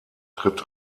tritt